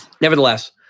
Nevertheless